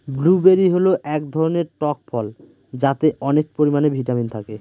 blueberry হল এক ধরনের টক ফল যাতে অনেক পরিমানে ভিটামিন থাকে